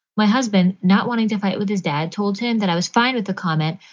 my husband, not wanting to fight with his dad, told him that i was fine with the comment.